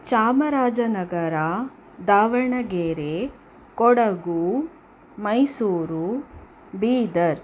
Chamarajanagar Davanagere Kodagu Mysuru Bidar